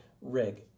rig